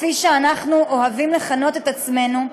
כפי שאנחנו אוהבים לכנות את עצמנו,